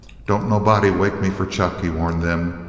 don't nobody wake me for chuck, he warned them.